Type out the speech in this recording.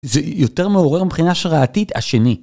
זה יותר מעורר מבחינה השראתית השני.